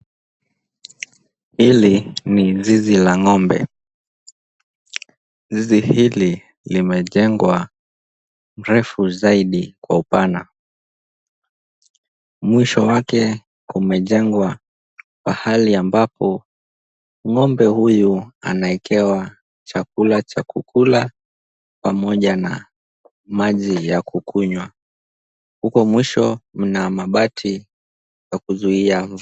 Hili ni zizi la ng'ombe. Zizi hili limejengwa refu zaidi kwa upana. Mwisho wake umejengwa pahali ambapo ng'ombe huyu anawekewa chakula cha kukula pamoja na maji ya kukunywa. Huko mwisho mna mabati ya kuzuia roof .